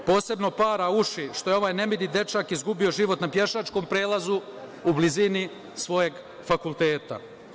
Posebno para uši što je ovaj dečak izgubio život na pešačkom prelazu u blizini svojeg fakulteta.